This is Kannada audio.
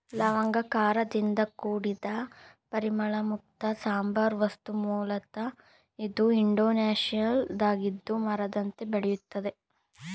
ಲವಂಗ ಖಾರದಿಂದ ಕೂಡಿದ ಪರಿಮಳಯುಕ್ತ ಸಾಂಬಾರ ವಸ್ತು ಮೂಲತ ಇದು ಇಂಡೋನೇಷ್ಯಾದ್ದಾಗಿದ್ದು ಮರದಂತೆ ಬೆಳೆಯುತ್ತದೆ